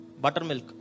Buttermilk